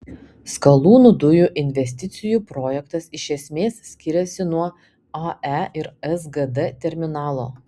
skalūnų dujų investicijų projektas iš esmės skiriasi nuo ae ir sgd terminalo